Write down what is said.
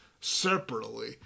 separately